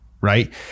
Right